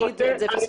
אני